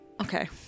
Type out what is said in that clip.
Okay